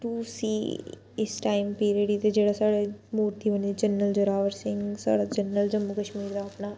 to सी इस time period च जेह्ड़ा साढ़ा मूरती बनी दी जरनल जोरावर सिंह साढ़ा जरनल जम्मू कश्मीर दा अपना